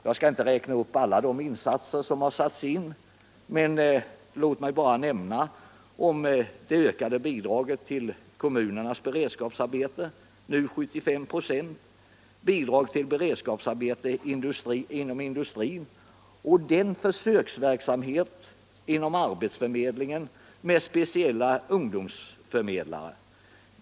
Jag skall inte räkna upp alla de insatser som gjorts, men låt mig bara nämna det ökade bidraget till kommunernas beredskapsarbeten - nu 75 24 —, bidrag till beredskapsarbeten inom industrin och försöksverksamhet inom arbetsförmedlingen med speciella ungdomsförmedlare.